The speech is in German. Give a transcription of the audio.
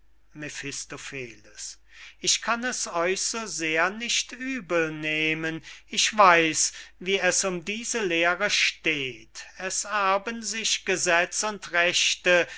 ich kann es euch so sehr nicht übel nehmen ich weiß wie es um diese lehre steht es erben sich gesetz und rechte